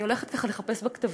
אני הולכת ככה לחפש בכתבים,